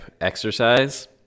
exercise